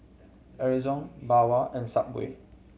Ezion Bawang and Subway